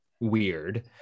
weird